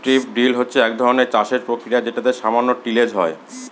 strip drill হচ্ছে এক ধরনের চাষের প্রক্রিয়া যেটাতে সামান্য টিলেজ হয়